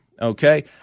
Okay